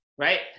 Right